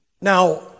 Now